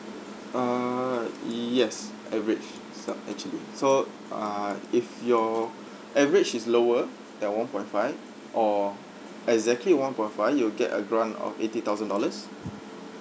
ah yes average so actually so ah if your average is lower than one point five or exactly one point five you'll get a grant of eighty thousand dollars